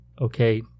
Okay